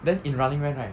then in running man right